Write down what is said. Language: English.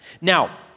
Now